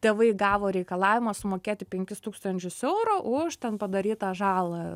tėvai gavo reikalavimą sumokėti penkis tūkstančius eurų už ten padarytą žalą